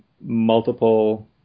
multiple